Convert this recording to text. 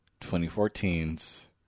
2014's